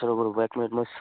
ৰ'ব ৰ'ব এক মিনিট মই